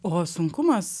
o sunkumas